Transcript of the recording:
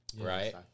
right